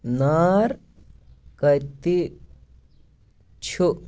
نار کَتِہ چھُ ؟